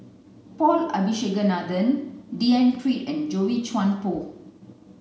Paul Abisheganaden D N Pritt and Boey Chuan Poh